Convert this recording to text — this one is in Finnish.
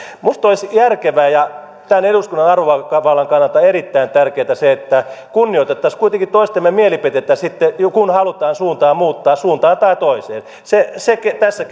minusta olisi järkevää ja tämän eduskunnan arvovallan kannalta erittäin tärkeätä se että kunnioittaisimme kuitenkin toistemme mielipiteitä kun halutaan suuntaa muuttaa suuntaan tai toiseen se tässä